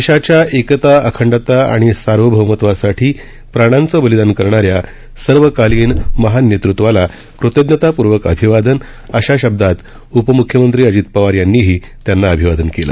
देशाच्या एकता अखंडता आणि सार्वभौमत्वासाठी प्राणांचं बलिदान करणाऱ्या सर्वकालीन महान नेतृत्वाला कृतज्ञतापूर्वक अभिवादन अशा शब्दात उपमुख्यमंत्री अजित पवार यांनीही त्यांना अभिवादन केलं